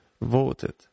voted